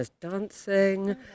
dancing